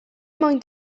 moyn